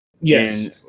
Yes